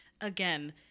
again